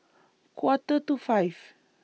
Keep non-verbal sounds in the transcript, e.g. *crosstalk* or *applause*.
Quarter to five *noise*